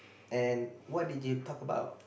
and what did you talk about